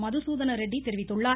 மதுசூதன ரெட்டி தெரிவித்துள்ளார்